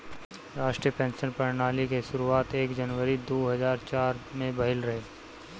राष्ट्रीय पेंशन प्रणाली के शुरुआत एक जनवरी दू हज़ार चार में भईल रहे